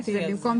מופיע